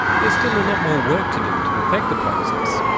there's still a lot more work to do to perfect the process,